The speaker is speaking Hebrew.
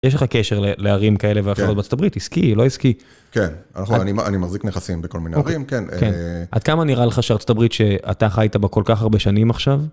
יש לך קשר לערים כאלה ואחרות בארה״ב? עסקי, לא עסקי? כן, אני מחזיק נכסים בכל מיני ערים, כן. עד כמה נראה לך שארה״ב שאתה חי איתה בו כל כך הרבה שנים עכשיו?